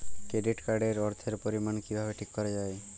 Credit card এর অর্থের পরিমান কিভাবে ঠিক করা হয়?